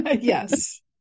Yes